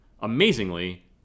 Amazingly